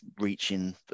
reaching